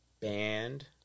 band